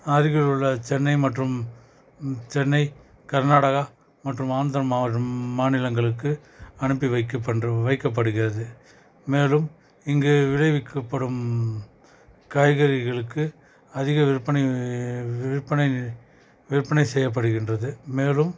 அருகிலுள்ள சென்னை மற்றும் சென்னை கர்நாடகா மற்றும் ஆந்திர மாவ மாநிலங்களுக்கு அனுப்பி வைக்க வைக்க படுகிறது மேலும் இங்கு விலை விற்கப்படும் காய்கறிகளுக்கு அதிக விற்பனை விற்பனை விற்பனை செய்யப்படுகின்றது மேலும்